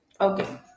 Okay